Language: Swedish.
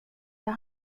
jag